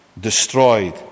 destroyed